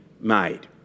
made